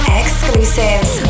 exclusives